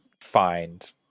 find